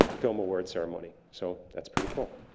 film award ceremony. so, that's pretty cool.